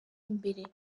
imbere